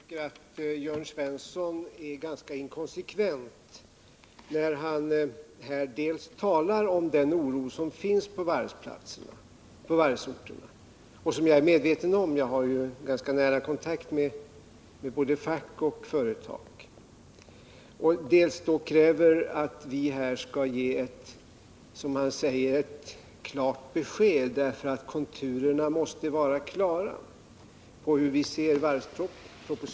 Herr talman! Jag tycker att Jörn Svensson är ganska inkonsekvent när han här dels talar om den oro som finns ute på varvsorterna och som jag är medveten om — jag har ju ganska nära kontakt med både folk och företag där — dels kräver att vi här skall ge ett som han säger klart besked, eftersom konturerna måste vara klara när det gäller vår syn på varvspropositionen.